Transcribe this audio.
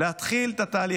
להתחיל את התהליך.